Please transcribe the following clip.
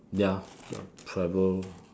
ya ya travel